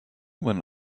when